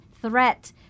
threat